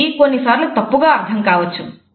ఇవి కొన్నిసార్లు తప్పుగా అర్థం కావచ్చు